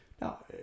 Now